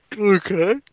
Okay